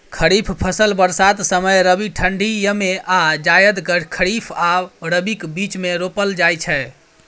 खरीफ फसल बरसात समय, रबी ठंढी यमे आ जाएद खरीफ आ रबीक बीचमे रोपल जाइ छै